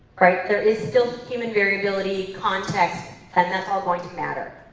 there is still human variability, context and that's all going to matter.